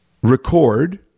Record